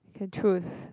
can choose